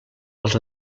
els